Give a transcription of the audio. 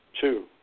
two